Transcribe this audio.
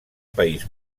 país